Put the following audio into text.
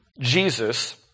Jesus